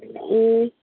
ए